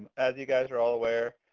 as you guys are all aware,